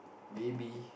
maybe